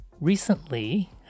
Recently